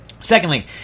Secondly